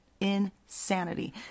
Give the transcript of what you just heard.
insanity